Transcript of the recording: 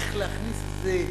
איך להכניס איזה תקיעה,